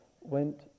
went